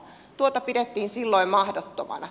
tuota pidettiin silloin mahdottomana